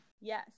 Yes